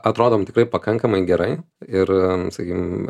atrodom tikrai pakankamai gerai ir sakykim